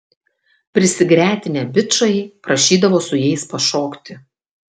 prisigretinę bičai prašydavo su jais pašokti